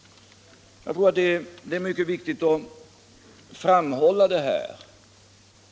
Jag tror att det är mycket viktigt att framhålla det här.